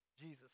Jesus